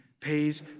pays